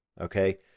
okay